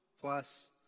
plus